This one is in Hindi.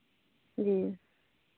जी